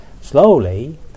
slowly